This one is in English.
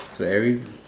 so every